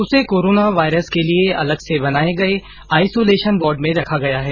उसे corona virus के लिए अलग से बनाये गये आइसोलेशन वार्ड में रखा गया है